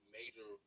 major